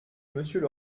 monsieur